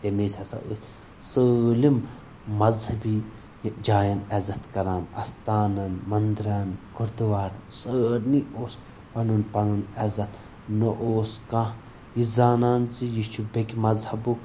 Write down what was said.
تمہِ وزِ ہسا ٲسۍ سٲلم مزہبی جاین عزتھ کران استانن منٛدِرن گُردٕوارن سارنٕے اوس پنُن پنُن عزتھ نہ اوس کانٛہہ یہِ زانان زِ یہِ چھُ بیٚکہِ مزہبُک